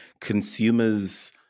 consumers